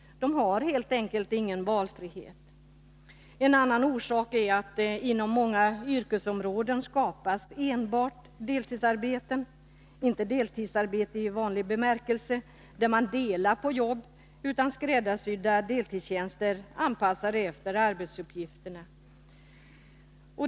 De har helt enkelt ingen valfrihet. En annan orsak är att det inom många yrkesområden skapas enbart deltidsarbeten — inte deltidsarbeten i vanlig bemärkelse, där man delar på jobb, utan skräddarsydda deltidstjänster anpassade efter arbetsuppgifterna.